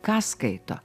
ką skaito